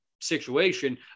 situation